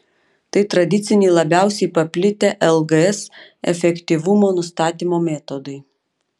tai tradiciniai labiausiai paplitę lgs efektyvumo nustatymo metodai